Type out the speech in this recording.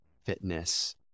fitness